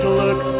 look